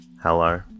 Hello